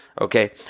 Okay